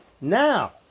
Now